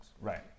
right